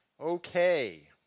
Okay